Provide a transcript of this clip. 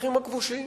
השטחים הכבושים